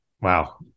Wow